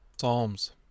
Psalms